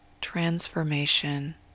transformation